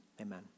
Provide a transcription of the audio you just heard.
amen